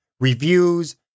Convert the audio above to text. reviews